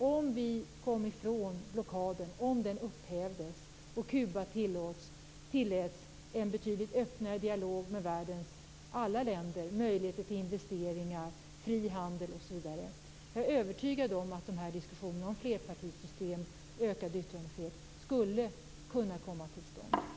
Om blockaden upphävdes och Kuba tilläts ha en betydligt öppnare dialog med världens alla länder, med möjligheter till investeringar, fri handel osv., är jag övertygad om att diskussionen om flerpartisystem och ökad yttrandefrihet skulle kunna komma till stånd.